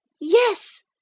Yes